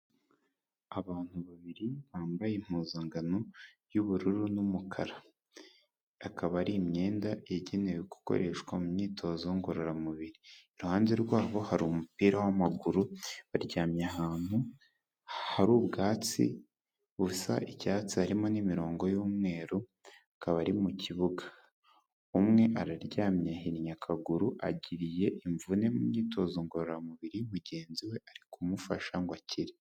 Abantu babiri bambaye impuzankano y'ubururu n'umukara, akaba ari imyenda igenewe gukoreshwa mu myitozo ngororamubiri, iruhande rwabo hari umupira w'amaguru, baryamye ahantu hari ubwatsi busa icyatsi harimo n'imirongo y'umweru akaba ari mu kibuga, umwe araryamye ahinnye akaguru, agiriye imvune mu myitozo ngororamubiri, mugenzi we ari kumufasha ngo akire.